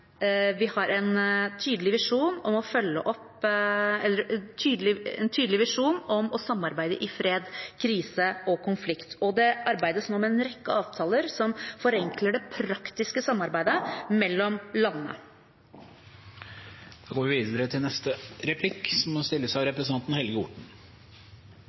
vi har en tydelig visjon om å samarbeide i fred, krise og konflikt, og det arbeides nå med en rekke avtaler som forenkler det praktiske samarbeidet mellom landene. Norden har hatt et energisamarbeid i ganske mange år og kraftutveksling faktisk helt fra 1960-tallet. Nå ser vi